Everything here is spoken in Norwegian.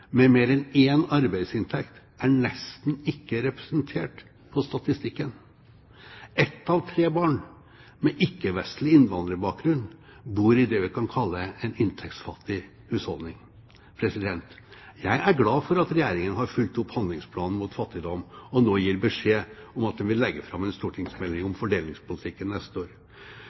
med mer enn en arbeidsinntekt er nesten ikke representert på statistikken. Ett av tre barn med ikke-vestlig innvandrerbakgrunn bor i det vi kan kalle en inntektsfattig husholdning. Jeg er glad for at Regjeringen har fulgt opp handlingsplanen mot fattigdom og nå gir beskjed om at den vil legge fram en stortingsmelding om fordelingspolitikken neste år.